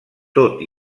tot